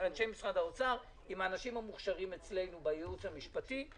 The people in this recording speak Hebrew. אנשי משרד האוצר עם האנשים המוכשרים אצלנו בייעוץ המשפטי.